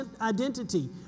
identity